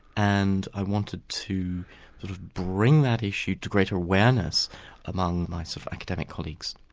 and i wanted to sort of bring that issue to greater awareness among my so academic colleagues.